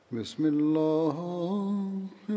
Bismillah